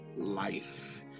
life